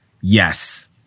yes